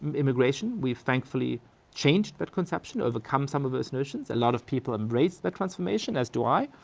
um immigration we've thankfully changed that conception, overcome some of those notions, a lot of people embrace that transformation, as do i,